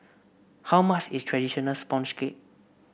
how much is traditional sponge cake